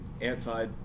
anti